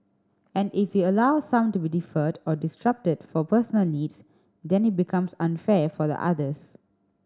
and if we allow some to be deferred or disrupted for personal needs then it becomes unfair for the others